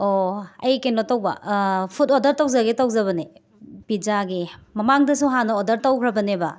ꯑꯣ ꯑꯩ ꯀꯩꯅꯣ ꯇꯧꯕ ꯐꯨꯠ ꯑꯣꯗꯔ ꯇꯧꯖꯒꯦ ꯇꯧꯖꯕꯅꯦ ꯄꯤꯖꯥꯒꯤ ꯃꯃꯥꯡꯗꯁꯨ ꯍꯥꯟꯅ ꯑꯣꯗꯔ ꯇꯧꯈ꯭ꯔꯕꯅꯦꯕ